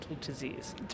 disease